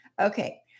Okay